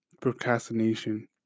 procrastination